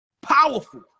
powerful